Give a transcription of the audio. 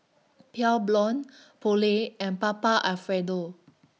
Pure Blonde Poulet and Papa Alfredo